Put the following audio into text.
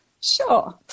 Sure